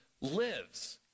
lives